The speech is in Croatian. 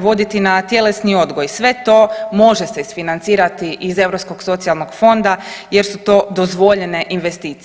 voditi na tjelesni odgoj, sve to može se isfinancirati iz Europskog socijalnog fonda jer su to dozvoljene investicije.